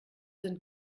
sind